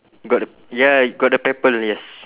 got the ya got the people yes